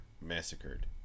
massacred